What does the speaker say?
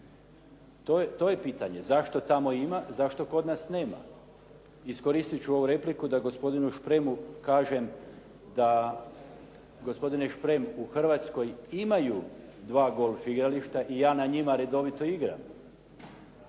To je pitanje zašto tamo ima? Zašto kod nas nema? Iskoristit ću ovu repliku da gospodinu Špremu kažem da, gospodine Šprem u Hrvatskoj imaju dva golf igrališta i ja na njima redovito igram